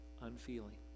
unfeeling